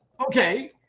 Okay